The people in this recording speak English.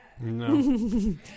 No